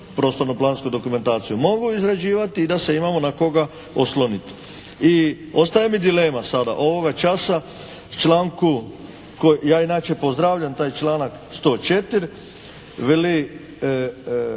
prostorno-plansku dokumentaciju mogu izrađivati i da se imamo na koga osloniti. I ostaje mi dilema sada ovoga časa v članku koji, ja inače pozdravljam taj članak, 104. veli,